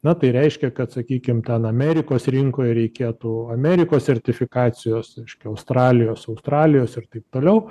na tai reiškia kad sakykim ten amerikos rinkoje reikėtų amerikos sertifikacijos reiškia australijos australijos ir taip toliau